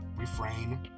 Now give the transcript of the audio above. refrain